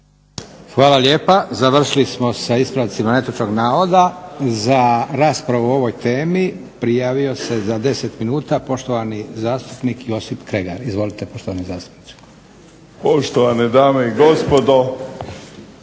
Hvala lijepa. Završili smo sa ispravcima netočnog navoda. Za raspravu o ovoj temi prijavio se za 10 minuta poštovani zastupnik Josip Kregar. Izvolite poštovani zastupniče. **Kregar, Josip